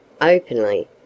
openly